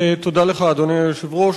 תודה לך, אדוני היושב-ראש.